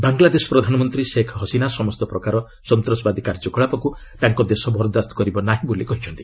ବାଂଶଦେଶ ପ୍ରଧାନମନ୍ତ୍ରୀ ଶେଖ୍ ହସିନା ସମସ୍ତ ପ୍ରକାର ସନ୍ତାସବାଦୀ କାର୍ଯ୍ୟକଳାପକୁ ତାଙ୍କ ଦେଶ ବରଦାସ୍ତ କରିବ ନାହିଁ ବୋଲି କହିଛନ୍ତି